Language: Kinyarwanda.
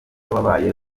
wabaye